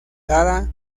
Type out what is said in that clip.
dada